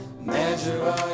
Measure